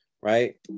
right